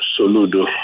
Soludo